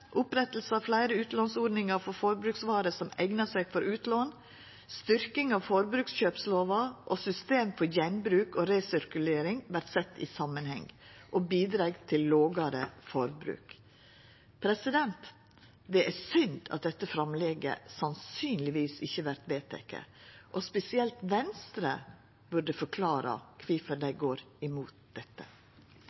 av fleire utlånsordningar av forbruksvarer som eignar seg for utlån, styrking av forbrukskjøpslova og system for gjenbruk og resirkulering vert sette i samanheng og bidreg til lågare forbruk. Det er synd at dette framlegget sannsynlegvis ikkje vert vedteke. Spesielt Venstre burde forklara kvifor dei